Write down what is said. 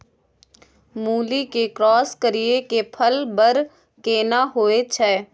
मूली के क्रॉस करिये के फल बर केना होय छै?